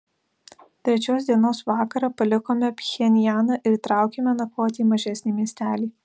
trečios dienos vakarą palikome pchenjaną ir traukėme nakvoti į mažesnį miestelį